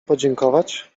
podziękować